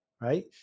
Right